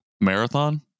marathon